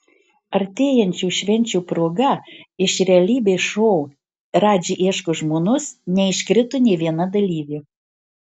artėjančių švenčių proga iš realybės šou radži ieško žmonos neiškrito nė viena dalyvė